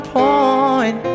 point